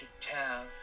town